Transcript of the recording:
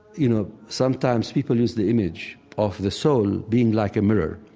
you know, sometimes people use the image of the soul being like a mirror,